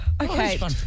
Okay